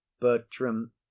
bertram